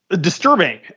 disturbing